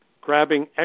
grabbing